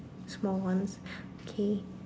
small ones okay